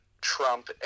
Trump